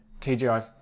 TGI